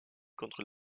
contre